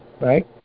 Right